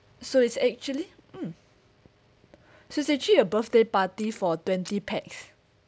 so it's actually mm so it's actually a birthday party for twenty pax